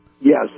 Yes